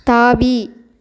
தாவி